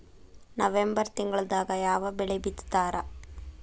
November ತಿಂಗಳದಾಗ ಯಾವ ಬೆಳಿ ಬಿತ್ತತಾರ?